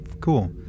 cool